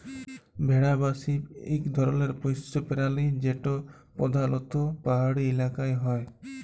ভেড়া বা শিপ ইক ধরলের পশ্য পেরালি যেট পরধালত পাহাড়ি ইলাকায় হ্যয়